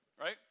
right